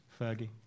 Fergie